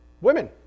women